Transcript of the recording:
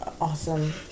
awesome